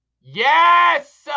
Yes